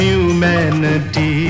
Humanity